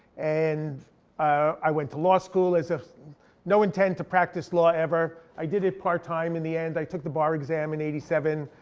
and i went to law school with ah no intent to practice law ever. i did it part time in the end. i took the bar exam in eighty seven,